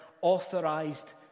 authorized